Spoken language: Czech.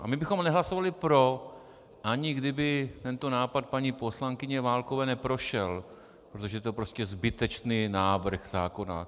A my bychom nehlasovali pro, ani kdyby tento nápad paní poslankyně Válkové neprošel, protože je to prostě zbytečný návrh zákona.